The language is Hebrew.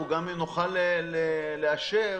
נוכל גם לאשר